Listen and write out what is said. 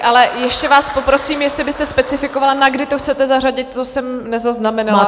Ale ještě vás poprosím, jestli byste specifikovala, na kdy to chcete zařadit, to jsem nezaznamenala.